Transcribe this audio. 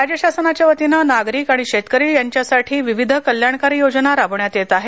राज्य शासनाच्या वतीनं नागरिक आणि शेतकरी यांच्यासाठी विविध कल्याणकारी योजना राबवण्यात येत आहेत